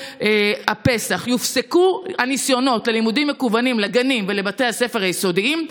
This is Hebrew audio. הפסח יופסקו הניסיונות ללימודים המקוונים לגנים ולבתי הספר היסודיים,